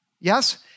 Yes